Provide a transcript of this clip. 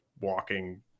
walking